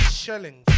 shelling